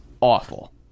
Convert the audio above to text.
awful